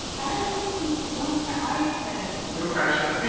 and um one item? no pressure?